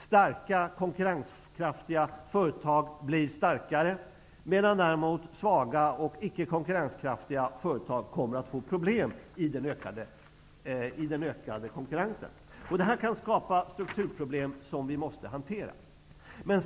Starka konkurrenskraftiga företag blir starkare medan svaga och icke konkurrenskraftiga företag kommer att få problem i den ökande konkurrensen. Detta kan skapa strukturproblem som vi måste kunna hantera.